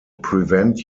prevent